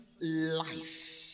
life